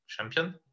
champion